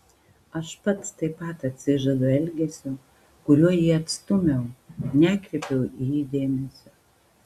aš pats taip pat atsižadu elgesio kuriuo jį atstūmiau nekreipiau į jį dėmesio